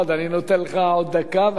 אני נותן לך עוד דקה ואחרי זה,